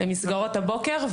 לטובת מסגרות הבוקר,